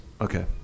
Okay